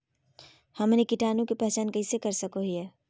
हमनी कीटाणु के पहचान कइसे कर सको हीयइ?